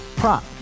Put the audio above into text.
prop